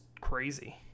crazy